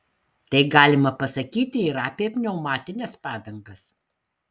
tai galima pasakyti ir apie pneumatines padangas